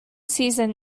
season